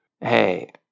hey